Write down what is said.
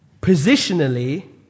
Positionally